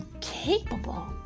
capable